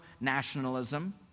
nationalism